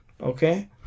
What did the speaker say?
Okay